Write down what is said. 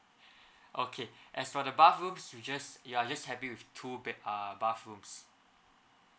okay as for the bathrooms we just you are just happy with two bed ah bathrooms